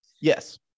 Yes